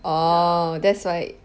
orh that's why